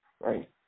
right